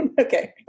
Okay